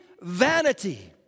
vanity